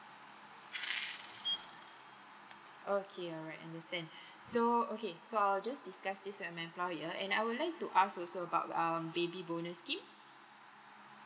okay alright understand so okay so I'll just discuss this with my employer and I would like to ask also about um baby bonus scheme